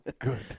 Good